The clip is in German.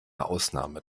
ausnahme